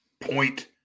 Point